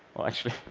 well actually,